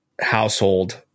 household